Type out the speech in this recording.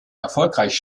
erfolgreich